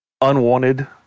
unwanted